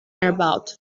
erbaut